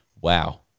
wow